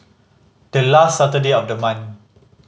the last Saturday of the month